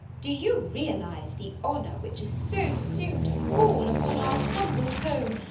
do you realise the honour which is so soon to fall upon our humble home,